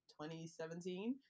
2017